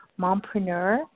mompreneur